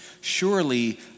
Surely